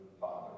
father